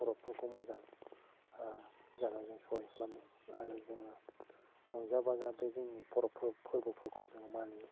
खर'कफोरखौ मोजां जानाय जों सहाय खालामो आरो जोङो रंजा जाबा बे जोंनि खर'क फोरबोफोरखौ जोङो मानियो